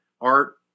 art